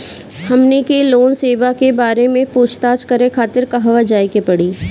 हमनी के लोन सेबा के बारे में पूछताछ करे खातिर कहवा जाए के पड़ी?